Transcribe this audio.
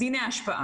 האם זה גם הישיבות?